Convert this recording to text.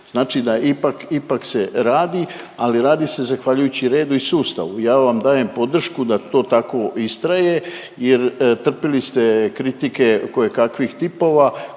Znači da ipak, ipak se radi, ali radi se zahvaljujući redu i sustavu. Ja vam dajem podršku da to tako istraje jer trpili ste kritike koje kakvih tipova